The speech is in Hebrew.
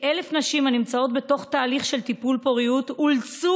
כ-1,000 נשים הנמצאות בתוך תהליך של טיפול פוריות אולצו